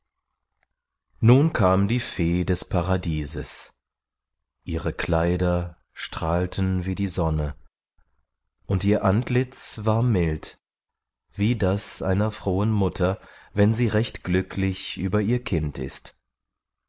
nun kam die fee des paradieses ihre kleider strahlten wie die sonne und ihr antlitz war mild wie das einer frohen mutter wenn sie recht glücklich über ihr kind ist